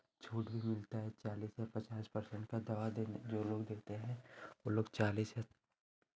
छूट भी मिलता है चालिस से पचास पर्सेन्ट का दवा देने जो लोग देते हें वो लोग चालिस या